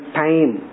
time